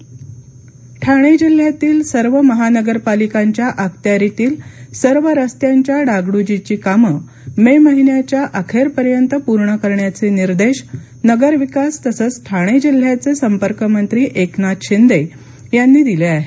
ठाणे पावसाळीपर्व कामे निर्देश ठाणे जिल्ह्यातील सर्व महानगरपालिकांच्या अखत्यारीतील सर्व रस्त्यांच्या डागड्जीची कामं मे महिन्याच्या अखेरपर्यंत पूर्ण करण्याचे निर्देश नगरविकास तसंच ठाणे जिल्ह्याचे संपर्कमंत्री एकनाथ शिंदे यांनी दिले आहेत